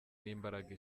n’imbaraga